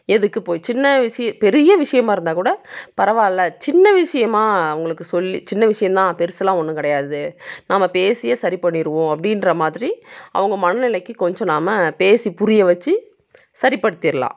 எதுக்கு போய் சின்ன விஷ பெரிய விஷயமா இருந்தாக்கூட பரவாயில்ல சின்ன விஷயமா உங்களுக்கு சொல்லி சின்ன விஷயந்தான் பெருசுலாம் ஒன்றும் கிடையாது நாம பேசியே சரி பண்ணிருவோம் அப்படின்ற மாதிரி அவங்க மன நிலைக்கு கொஞ்சம் நாம பேசி புரிய வச்சி சரிப்படுத்திரலாம்